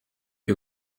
que